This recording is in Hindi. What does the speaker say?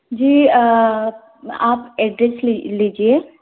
जी आप एड्रेस ले लीजिए